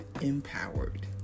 empowered